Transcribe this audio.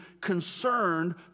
concerned